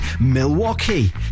Milwaukee